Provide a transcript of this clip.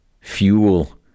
fuel